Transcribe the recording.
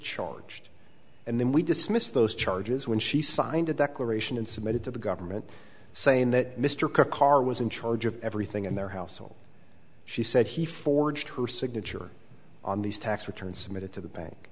charged and then we dismiss those charges when she signed a declaration and submitted to the government saying that mr karr was in charge of everything in their household she said he forged her signature on these tax returns submitted to the